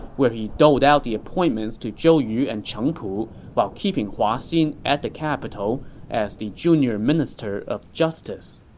where he doled out the appointments to zhou yu and cheng pu, while keeping hua xin at the capital as the junior minister of justice